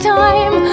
time